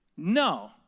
No